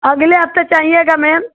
अगले हफ़्ते चाहिएगा मैम